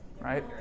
right